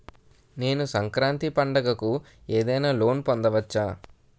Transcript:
నేను సంక్రాంతి పండగ కు ఏదైనా లోన్ పొందవచ్చా?